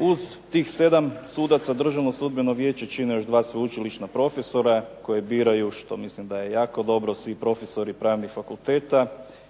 Uz tih 7 sudaca Državno sudbeno vijeće čine još 2 sveučilišna profesora koje biraju, što mislim da je jako dobro, svi profesori pravnih fakulteta